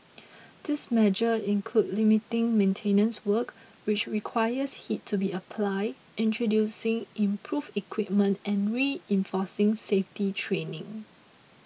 this measure include limiting maintenance work which requires heat to be applied introducing improved equipment and reinforcing safety training